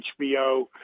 HBO